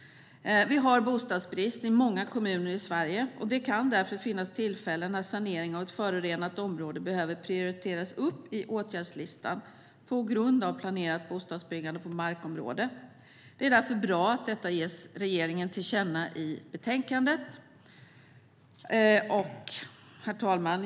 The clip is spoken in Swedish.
Vi har bostadsbrist i många kommuner i Sverige. Det kan därför finnas tillfällen när sanering av ett förorenat område behöver prioriteras upp i åtgärdslistan på grund av planerat bostadsbyggande på markområdet. Det är därför bra att detta ges regeringen till känna genom betänkandet. Herr talman!